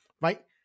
right